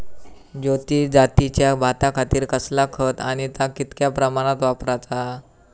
ज्योती जातीच्या भाताखातीर कसला खत आणि ता कितक्या प्रमाणात वापराचा?